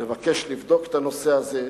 לבקש לבדוק את הנושא הזה,